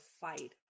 fight